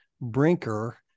Brinker